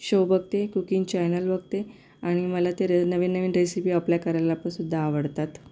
show बघते cooking channel बघते आणि मला ते रं नवीन नवीन रेसिपी अप्लाय करायला पण सुद्धा आवडतात